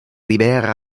libera